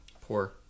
Poor